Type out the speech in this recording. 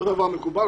זה לא דבר מקובל,